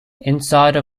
inside